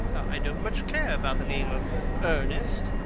i don't much care about the name of ernest.